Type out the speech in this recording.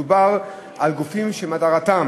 מדובר על גופים שמטרתם